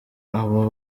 abo